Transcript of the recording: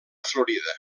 florida